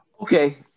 Okay